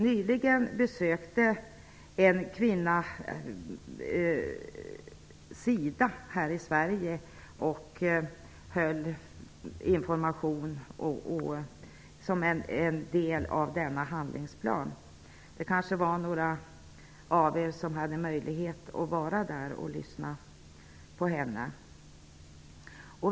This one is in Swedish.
Nyligen besökte en kvinna SIDA här i Sverige och höll information som en del av denna handlingsplan. Det kanske var några av er som hade möjlighet att vara där och lyssna på henne.